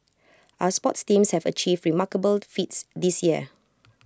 our sports teams have achieved remarkable feats this year